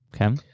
Okay